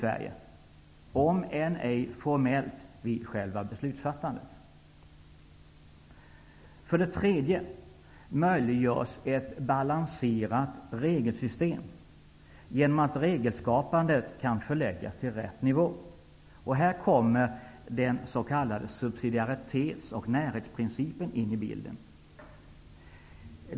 Sverige, om än ej formellt, vid själva beslutsfattandet. För det tredje möjliggörs ett balanserat regelsystem genom att regelskapandet kan förläggas till rätt nivå. Här kommer den s.k. subsidiaritetsprincipen, eller närhetsprincipen, in i bilden.